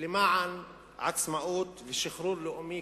ולמען עצמאות ושחרור לאומי,